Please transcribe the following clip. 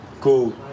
Cool